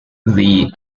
the